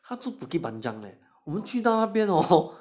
他住 bukit panjang 你去到那边 hor